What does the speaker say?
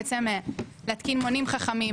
בעצם להתקין מונים חכמים,